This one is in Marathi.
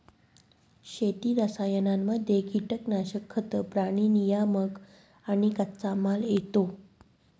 शेती रसायनांमध्ये कीटनाशक, खतं, प्राणी नियामक आणि कच्चामाल येतो